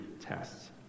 tests